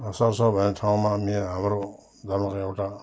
सरसह भन्ने ठाउँमा मेरो हाम्रो धर्मको एउटा